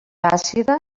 àcida